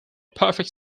perfect